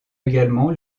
également